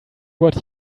what